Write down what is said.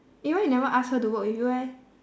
eh why you never ask her to work with you eh